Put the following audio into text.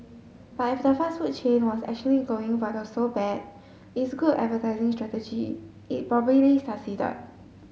but if the fast food chain was actually going for the so bad it's good advertising strategy it probably succeeded